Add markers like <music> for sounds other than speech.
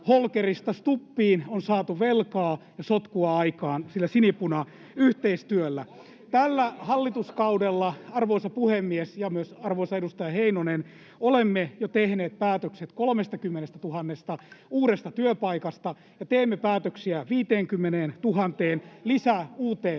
Stubbiin on saatu velkaa ja sotkua aikaan sillä sinipunayhteistyöllä. <noise> Tällä hallituskaudella, arvoisa puhemies ja myös arvoisa edustaja Heinonen, olemme jo tehneet päätökset 30 000 uudesta työpaikasta ja teemme päätöksiä lisää,